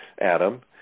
Adam